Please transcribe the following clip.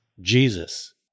Jesus